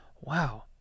wow